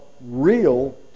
real